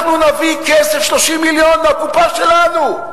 אנחנו נביא כסף, 30 מיליון, מהקופה שלנו.